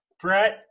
Brett